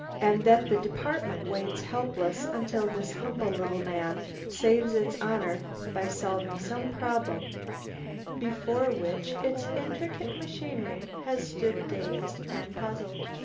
and that the department waits helpless until this humble little man saves its honour by solving some problem before which its intricate machinery has stood dazed and puzzled.